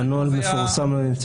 הנוהל מפורסם לציבור.